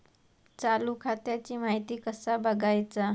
चालू खात्याची माहिती कसा बगायचा?